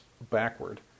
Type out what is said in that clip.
backward